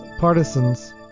Partisans